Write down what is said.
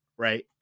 Right